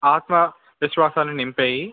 ఆత్మవిశ్వాసాన్ని నింపాయి